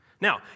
Now